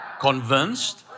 Convinced